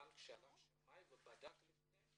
הבנק שלח שמאי ובדק לפני?